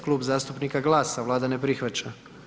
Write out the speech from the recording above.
Klub zastupnika GLAS-a Vlada ne prihvaća.